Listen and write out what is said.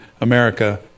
America